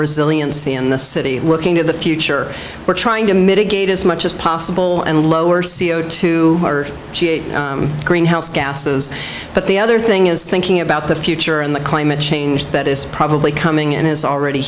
resiliency in the city working in the future we're trying to mitigate as much as possible and lower c o two greenhouse gases but the other thing is thinking about the future and the climate change that is probably coming and it's already